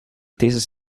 thesis